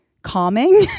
calming